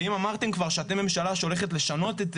ואם אמרתם שאתם ממשלה שהולכת לשנות את